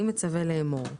אני מצווה לאמור: